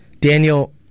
Daniel